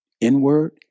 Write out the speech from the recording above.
inward